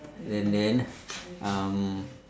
and then um